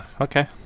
Okay